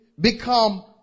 become